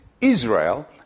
Israel